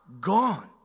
gone